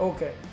Okay